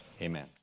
Amen